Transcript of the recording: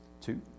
two